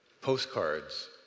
postcards